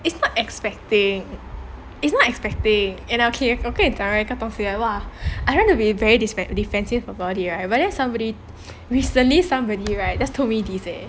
it's not expecting it's not expecting and okay 我跟你讲 right 一个东西 !wah! I don't wanna be very defe~ defensive about it right but then somebody recently somebody right just told me this eh